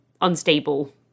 unstable